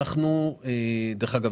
דרך אגב,